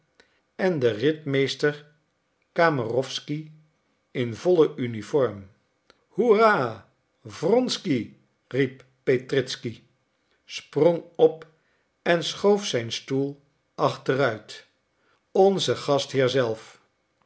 en de ritmeester kamerowsky in volle uniform hoera wronsky riep petritzky sprong op en schoof zijn stoel achteruit onze gastheer zelf